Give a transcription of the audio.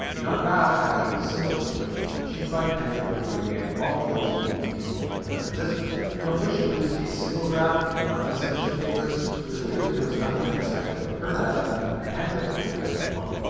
you know bao had a similar situation. she provided hendrik with the organic molecules he used in his molecular transistor and although she produced a single graph in one of the suspicious papers it was clear that there was nothing unexpected about her data, and that hendrik had acted alone.